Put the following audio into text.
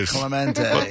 Clemente